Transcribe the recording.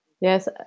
Yes